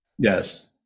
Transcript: Yes